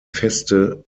feste